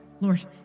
Lord